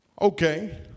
Okay